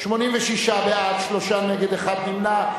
86 בעד, שלושה נגד, אחד נמנע.